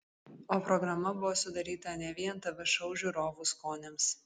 o programa buvo sudaryta ne vien tv šou žiūrovų skoniams